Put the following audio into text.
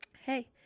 hey